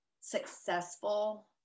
successful